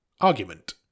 argument